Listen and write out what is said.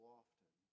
often